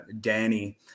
Danny